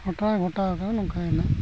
ᱜᱷᱚᱴᱚᱱᱟ ᱜᱚᱴᱟᱣ ᱟᱠᱟᱱᱟ ᱱᱚᱝᱠᱟ ᱱᱟᱜ